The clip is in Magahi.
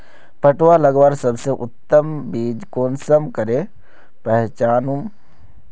पटुआ लगवार सबसे उत्तम बीज कुंसम करे पहचानूम?